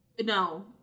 No